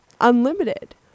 unlimited